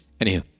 Anywho